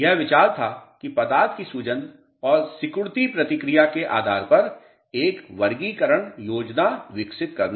यह विचार था कि पदार्थ की सूजन और सिकुड़ती प्रतिक्रिया के आधार पर एक वर्गीकरण योजना विकसित करना